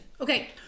okay